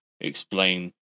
explain